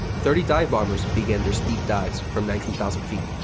thirty dive-bombers began their steep dives from nineteen thousand feet.